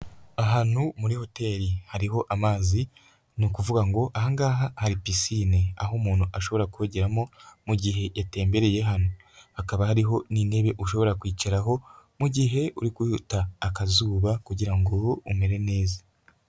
Ahantu muri hoteli hariho amazi ni ukuvuga ngo aha ngaha ari pisine aho umuntu ashobora kogeramo mu gihe yatembereye hano, hakaba hariho n'intebe ushobora kwicaraho mu gihe uri kuhota akazuba kugira ngo umere neza.